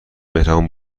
مهربون